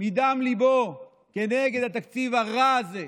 מדם ליבו כנגד התקציב הרע הזה,